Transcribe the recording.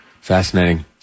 Fascinating